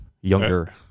younger